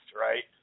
right